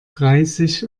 dreißig